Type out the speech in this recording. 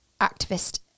activist